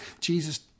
Jesus